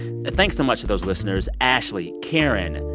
thanks so much to those listeners ashley, karen,